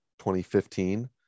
2015